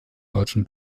deutschen